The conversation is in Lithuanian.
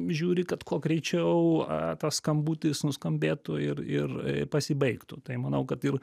žiūri kad kuo greičiau tas skambutis nuskambėtų ir ir pasibaigtų tai manau kad ir